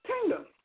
kingdom